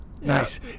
nice